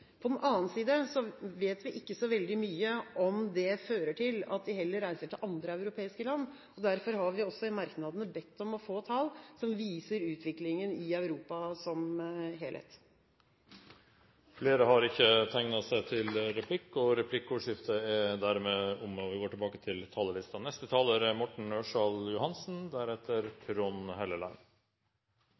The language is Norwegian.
På den annen side vet vi ikke så veldig mye om det fører til at de heller reiser til andre europeiske land. Derfor har vi i merknadene også bedt om å få tall som viser utviklingen i Europa som helhet. Replikkordskiftet er omme. Jeg vil først takke saksordføreren for en god faktabeskrivelse av saken. Som også saksordføreren var inne på, er det forholdsvis stor enighet rundt de fleste prinsipper når det gjelder meldingen Barn på flukt. Vi er